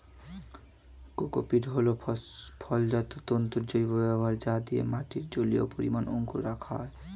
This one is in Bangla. কোকোপীট হল ফলজাত তন্তুর জৈব ব্যবহার যা দিয়ে মাটির জলীয় পরিমাণ অক্ষুন্ন রাখা যায়